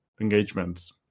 engagements